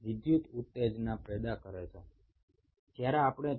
এই চ্যালেঞ্জটি হলো ইলেকট্রিক্যাল এক্সাইটেবিলিটি